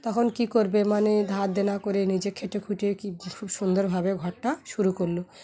তখন কী করবে মানে ধার দেনা করে নিজে খেটে খুটে ক খুব সুন্দরভাবে ঘরটা শুরু করলো